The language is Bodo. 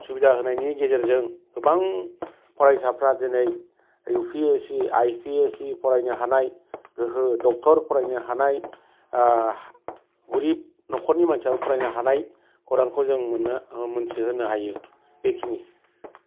सुबिदा होनायनि गेजेरजों गोबां फरायसाफ्रा दिनै U P S C I P S फरायनो हानाय गोहो ड'क्टर फरायनो हानाय गरिब न'खरनि मानसियाबो फरायनो हानाय खौरांखौ जों मोनो मोनथिहोनो हायो बेखिनि